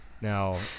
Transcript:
Now